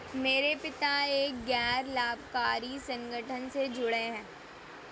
मेरे पिता एक गैर लाभकारी संगठन से जुड़े हैं